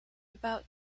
about